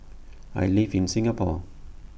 I live in Singapore